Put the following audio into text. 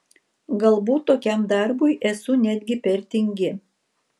galbūt tokiam darbui esu netgi per tingi